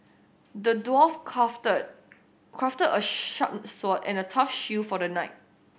the dwarf crafted crafted a sharp sword and a tough shield for the knight